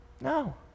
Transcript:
No